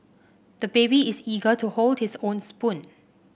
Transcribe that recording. the baby is eager to hold his own spoon